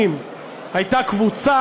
כמו קאטו הזקן,